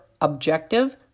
objective